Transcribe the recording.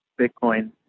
Bitcoin